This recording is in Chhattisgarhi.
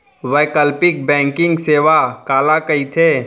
वैकल्पिक बैंकिंग सेवा काला कहिथे?